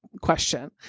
question